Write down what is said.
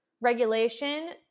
regulation